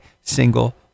single